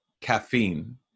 caffeine